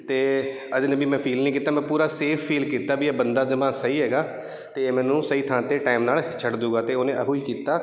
ਅਤੇ ਅਜਨਬੀ ਮੈਂ ਫੀਲ ਨਹੀਂ ਕੀਤਾ ਮੈਂ ਪੂਰਾ ਸੇਫ ਫੀਲ ਕੀਤਾ ਵੀ ਇਹ ਬੰਦਾ ਜਮਾਂ ਸਹੀ ਹੈਗਾ ਅਤੇ ਮੈਨੂੰ ਸਹੀ ਥਾਂ 'ਤੇ ਟਾਈਮ ਨਾਲ ਛੱਡ ਦਊਗਾ ਅਤੇ ਉਹਨੇ ਉਹੋ ਹੀ ਕੀਤਾ